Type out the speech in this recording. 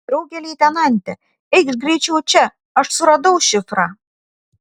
drauge leitenante eikš greičiau čia aš suradau šifrą